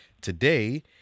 Today